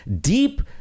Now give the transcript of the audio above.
Deep